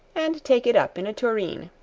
and take it up in a tureen.